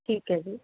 ਠੀਕ ਹੈ ਜੀ